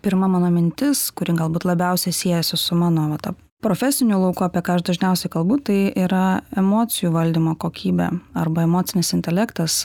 pirma mano mintis kuri galbūt labiausiai siejasi su mano va ta profesiniu lauku apie ką aš dažniausiai kalbu tai yra emocijų valdymo kokybė arba emocinis intelektas